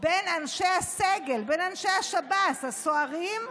בין אנשי הסגל, בין אנשי השב"ס, הסוהרים,